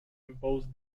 impose